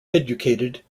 educated